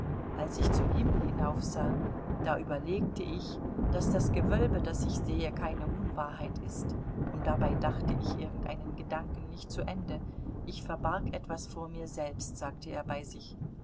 als ich zum himmel hinaufsah da überlegte ich daß das gewölbe das ich sehe keine unwahrheit ist und dabei dachte ich irgendeinen gedanken nicht zu ende ich verbarg etwas vor mir selbst sagte er bei sich